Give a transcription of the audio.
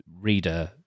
reader